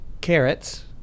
carrots